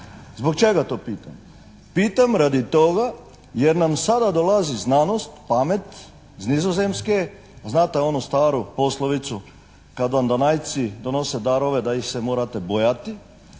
Zbog čega to pitam? Pitam radi toga jer nam sada dolazi znanost, pamet iz Nizozemske. A znate onu staru poslovicu: «Kad vam Danajci donose darove da ih se morate bojati»,